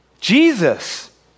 Jesus